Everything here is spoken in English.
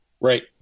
Right